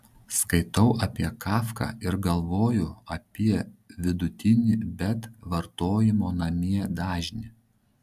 skaitau apie kafką ir galvoju apie vidutinį bet vartojimo namie dažnį